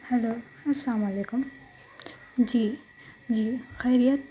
hello السلام علیکم جی جی خیریت